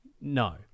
No